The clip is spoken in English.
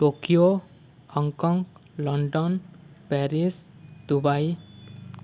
Tokyo Hong Kong London Paris Dubai